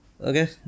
Okay